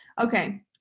Okay